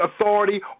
authority